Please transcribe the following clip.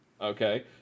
Okay